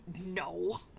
No